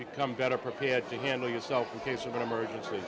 become better prepared to handle yourself in case of emergency